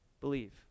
believe